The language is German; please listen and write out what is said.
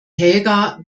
helga